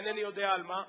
אינני יודע על מה.